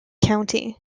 county